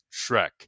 Shrek